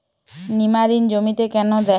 নিমারিন জমিতে কেন দেয়?